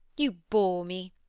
you bore me.